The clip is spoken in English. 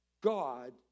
God